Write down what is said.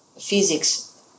physics